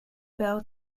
bell